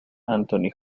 anthony